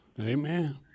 Amen